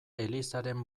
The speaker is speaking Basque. elizaren